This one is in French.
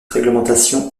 réglementation